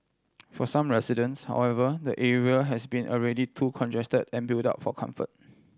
for some residents however the area has been already too congested and built up for comfort